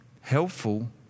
helpful